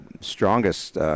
strongest